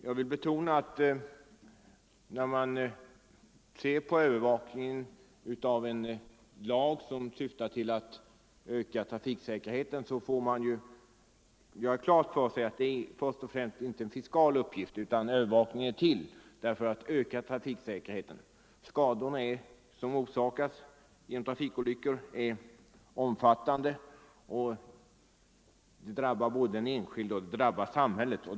Jag vill emellertid betona att 39 övervakningen av en lag som syftar till att öka trafiksäkerheten inte först och främst är en fiskal uppgift. De skador som orsakas av trafikolyckor är omfattande och drabbar både den enskilde och samhället.